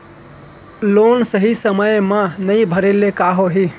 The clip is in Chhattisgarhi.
लोन सही समय मा नई भरे ले का होही?